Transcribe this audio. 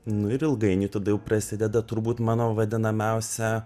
nu ir ilgainiui tada jau prasideda turbūt mano vadinamiausia